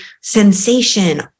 sensation